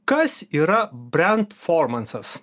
kas yra brentformansas